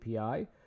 API